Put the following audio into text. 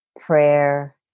prayer